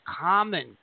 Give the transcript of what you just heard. common